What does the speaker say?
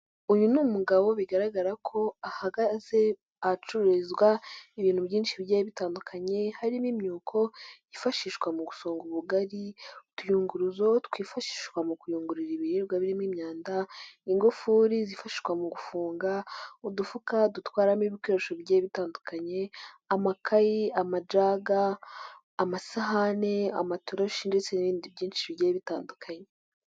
Uyu ni umugabo bigaragara ko ahagaze ahacururizwa ibintu byinshi bigiye bitandukanye harimo: imyuko yifashishwa mu gusonga ubugari, utuyunguruzo twifashishwa mu kuyungururira ibiribwa birimo imyanda, ingufuri zifashwa mu gufunga, udufuka dutwaramo ibikoresho bigiye bitandukanye, amakayi, amajaga, amasahane, amatoroshi ndetse n'ibindi byinshi bigiye bitandukanye.